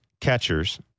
catchers